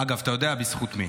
אגב, אתה יודע בזכות מי?